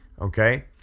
okay